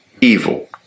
evil